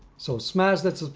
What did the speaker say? so smash that